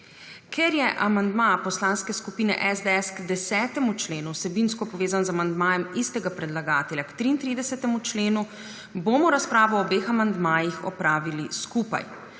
Ker je amandma Poslanske skupine SDS k 10. členu vsebinsko povezan z amandmajem istega predlagatelja k 33. členu, bomo razpravo o obeh amandmajih opravili skupaj.